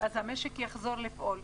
אז המשק יחזור לפעול,